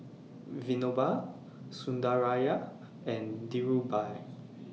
Vinoba Sundaraiah and Dhirubhai